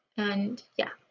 and yeah.